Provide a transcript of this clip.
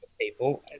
people